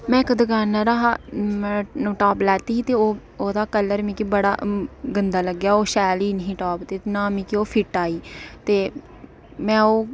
में इक दकानार हा टॉप लैती ही ते ओह् ओह्दा कल्लर मिगी बड़ा गंदा लग्गेआ ओह् शैल ई निं ही टॉप दे नां मिकी ओह् फिट्ट आई ते में ओह्